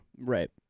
Right